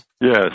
Yes